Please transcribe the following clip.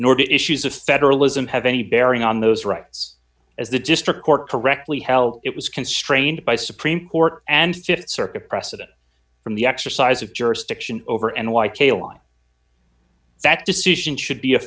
nor the issues of federalism have any bearing on those rights as the district court correctly held it was constrained by supreme court and th circuit precedent from the exercise of jurisdiction over and whitetail on that decision should be a